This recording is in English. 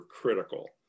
critical